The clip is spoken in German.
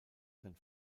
sein